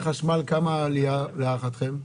כמה תהיה העלייה במחיר החשמל להערכתכם?